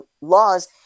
laws